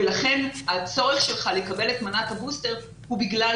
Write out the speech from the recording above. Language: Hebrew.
לכן הצורך שלך לקבל את מנת הבוסטר הוא בגלל